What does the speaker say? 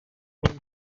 was